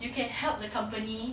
you can help the company